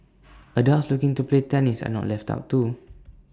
adults looking to play tennis are not left out too